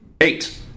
Eight